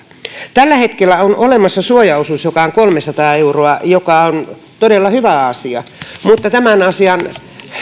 tällä hetkellä on olemassa suojaosuus joka on kolmesataa euroa mikä on todella hyvä asia mutta tämän asian